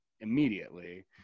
immediately